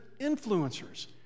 influencers